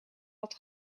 dat